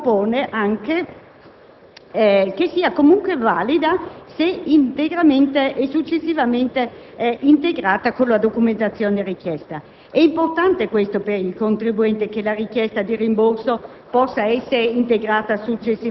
Nel primo caso si farà riferimento alle prescrizioni di un regolamento attuativo redatto anche in base alle percentuali di utilizzo della detraibilità dell'IVA differenziata per settori, in accordo con l'Unione Europea.